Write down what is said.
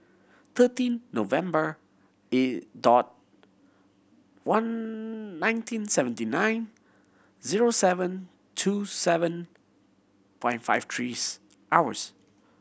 thirteen November one nineteen seventy nine zero seven two seven five five threes hours